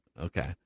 okay